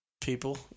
People